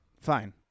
fine